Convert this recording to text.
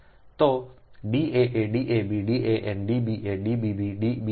તો D aa D ab D an D ba D bb D bn